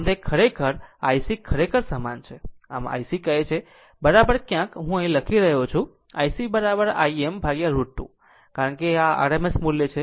આમ તે IC ખરેખર સમાન છે જેને આ IC કહે છે ક્યાંક અહીં હું લખી રહ્યો છું કે IC im √ 2 કારણ કે આ RMS મૂલ્ય છે